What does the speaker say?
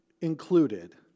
included